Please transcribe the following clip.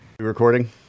recording